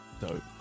Dope